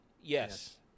Yes